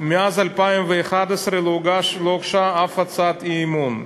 מאז 2011 לא הוגשה אף הצעת אי-אמון,